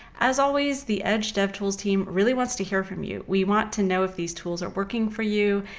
as always the edge devtools team really wants to hear from you. we want to know if these tools are working for you,